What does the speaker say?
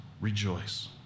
rejoice